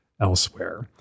elsewhere